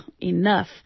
enough